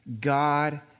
God